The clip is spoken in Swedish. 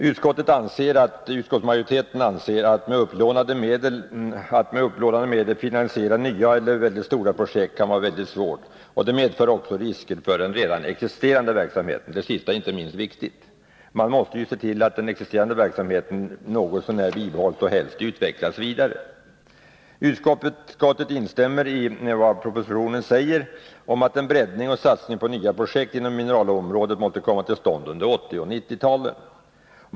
Utskottsmajoriteten anser att det kan vara mycket svårt att med upplånade medel finansiera nya eller mycket stora projekt. Det medför också risker för den redan existerande verksamheten. Det sistnämnda är inte minst viktigt. Man måste ju se till att den existerande verksamheten något så när bibehålls och helst utvecklas vidare. Utskottet instämmer i vad som sägs i propositionen om att en breddning och satsning på nya projekt inom mineralområdet måste komma till stånd under 1980 och 1990-talen.